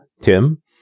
Tim